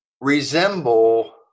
resemble